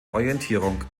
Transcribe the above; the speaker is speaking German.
orientierung